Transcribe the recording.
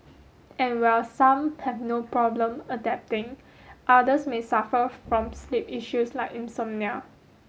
and while some have no problem adapting others may suffer from sleep issues like insomnia